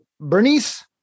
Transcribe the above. Bernice